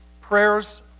prayers